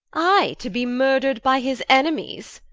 i, to be murther'd by his enemies